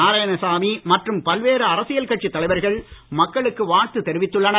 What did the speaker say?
நாராயணசாமி மற்றும் பல்வேறு அரசியல் கட்சித் தலைவர்கள் மக்களுக்கு வாழ்த்து தெரிவித்துள்ளனர்